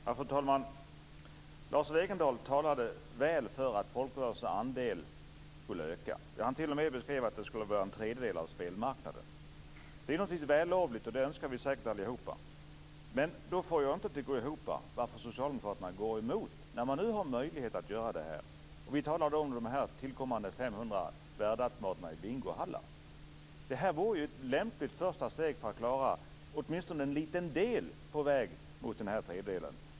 Fru talman! Lars Wegendal talade väl för att folkrörelsens andel skulle öka. Ja, han t.o.m. beskrev att den skulle vara en tredjedel av spelmarknaden. Det är naturligtvis vällovligt, och det önskar vi säkert allihop. Men då får jag det inte att gå ihop. Jag förstår inte varför socialdemokraterna går emot när man nu har möjlighet att göra det här. Vi talar då om de tillkommande 500 värdeautomaterna i bingohallar. Det vore ju ett lämpligt första steg för att klara åtminstone en liten del på väg mot den här tredjdedelen.